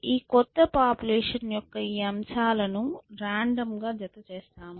ఈ క్రొత్త పాపులేషన్ యొక్క ఈ అంశాలను రాండమ్ గా జత చేస్తాము